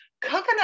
Coconut